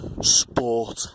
sport